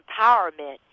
empowerment